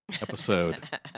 episode